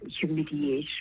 humiliation